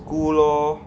school lor